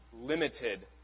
limited